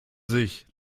sich